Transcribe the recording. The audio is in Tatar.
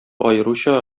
аеруча